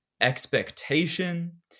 expectation